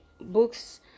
books